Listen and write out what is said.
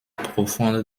profonde